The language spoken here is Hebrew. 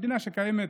מדינה שקיימת